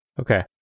Okay